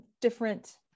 different